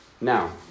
Now